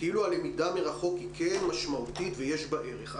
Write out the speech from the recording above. שכאילו הלמידה מרחוק היא כן משמעותית ויש בה ערך.